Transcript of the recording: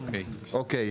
אוקיי.